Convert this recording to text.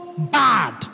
bad